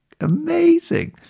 Amazing